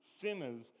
sinners